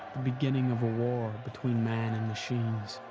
beginning of a war between man and machines.